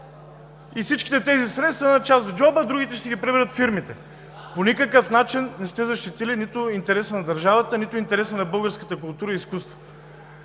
и всичките тези средства – една част в джоба, другите ще си ги приберат фирмите. По никакъв начин не сте защитили нито интереса на държавата, нито интереса на българската култура и изкуство.